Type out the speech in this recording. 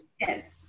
yes